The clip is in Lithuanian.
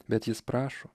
bet jis prašo